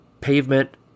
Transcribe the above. pavement